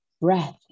Breath